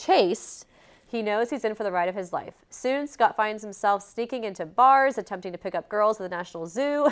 chase he knows he's in for the ride of his life soon scott finds himself sneaking into bars attempting to pick up girls of the national zoo